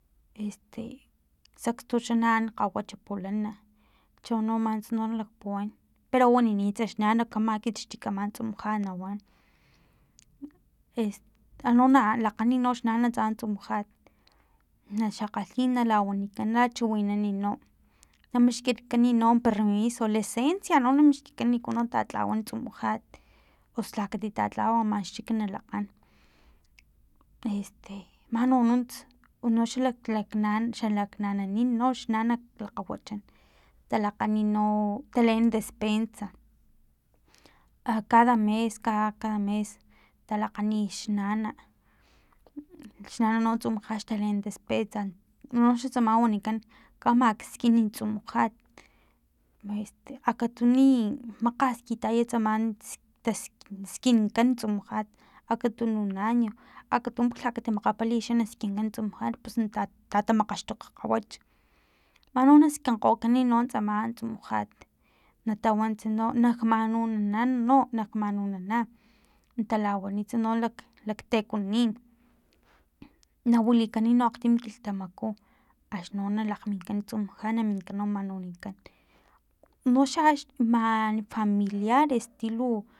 Este sekstu xa naan kgawacha pulana cho man nuntsa na lakpuwan pero waninitsa xnana kama ekit xchik ama tsumujat nawan es an no lakgani nox nana tsumujat na xakgatli na lawanikacha na chiwinan na na mixkikan no permiso licencia no na mixkikan liku no na tatlawan tsumujat pus lha kati tatlawa man xchik naan este man no nunts unoxa lak lak xalak nananin nox nana lakgawachan talakgani no taleen despensa a cada mes cada mes talakgani xnana xnana no tsumujat ax taleen despensa unoxa tsama wanikan kama skin tsumujat este akatuni makgas kitaya tsama ski task sinkan tsumujat akatunuun año akatun palha kati makgapali naskikan tsumujat pus nata tatamakgaxtokg kgawachmano na skinkgokan no tsama tsumujat natawants no nak manunana no nak manunana natalawanitsa no no laktekonin na wilikan no akgtim kilhtamaku akxnino na lakgminkan tsumujat na minkan no manunankan uno xa axman familiares tilu